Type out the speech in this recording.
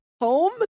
home